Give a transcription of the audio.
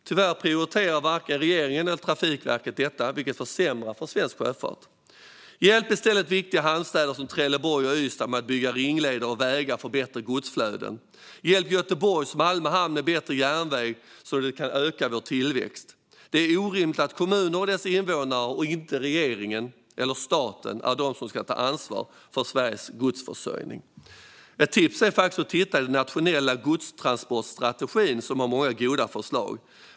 Tyvärr prioriterar varken regeringen eller Trafikverket detta, vilket försämrar för svensk sjöfart. Hjälp i stället viktiga hamnstäder som Trelleborg och Ystad med att bygga ringleder och vägar för bättre godsflöden! Hjälp Göteborgs och Malmö hamn med bättre järnväg, så att de kan öka vår tillväxt! Det är orimligt att kommunerna och deras invånare, och inte regeringen eller staten, är de som ska ta ansvar för Sveriges godsflöden. Ett tips är faktiskt att titta i den nationella godstransportstrategin, som har många goda förslag.